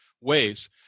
ways